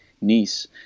niece